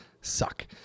suck